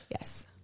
Yes